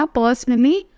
personally